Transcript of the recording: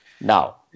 Now